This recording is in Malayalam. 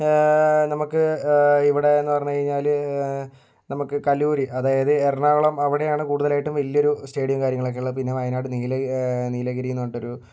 നമുക്ക് ഇവിടെയെന്ന് പറഞ്ഞ് കഴിഞ്ഞാല് നമുക്ക് കലൂര് അതായത് എറണാകുളം അവടെയാണ് കൂടുതലായിട്ടും വലിയൊരു സ്റ്റേഡിയം കാര്യങ്ങളൊക്കെ ഉള്ളത് പിന്നെ വയനാട് നീല നീലഗിരിയെന്ന് പറഞ്ഞിട്ടൊരു